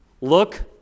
Look